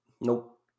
Nope